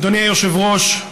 אדוני היושב-ראש,